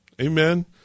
Amen